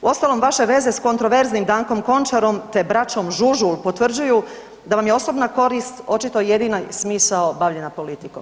Uostalom vaše veze s kontraverznim Dankom Končarom te braćom Žužul potvrđuju da vam je osobna korist očito jedini smisao bavljenja politikom.